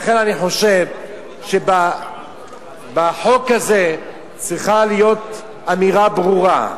לכן אני חושב שבחוק הזה צריכה להיות אמירה ברורה,